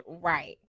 right